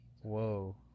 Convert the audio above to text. whoa